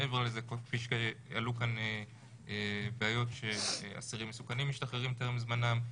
מעבר לזה כפי שעלו כאן בעיות שאסירים מסוכנים משתחררים טרם זמנם,